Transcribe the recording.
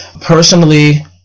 Personally